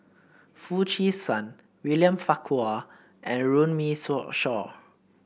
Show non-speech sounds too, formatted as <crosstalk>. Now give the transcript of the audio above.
Foo Chee San William Farquhar and Runme <unintelligible> Shaw